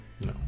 No